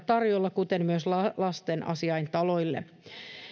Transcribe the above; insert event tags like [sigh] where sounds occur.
[unintelligible] tarjolla kuten myös lastenasiaintaloille